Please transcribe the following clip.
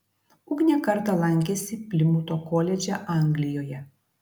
ugnė kartą lankėsi plimuto koledže anglijoje